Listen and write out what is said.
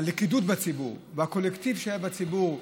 הלכידות בציבור והקולקטיב שהיה בציבור,